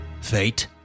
fate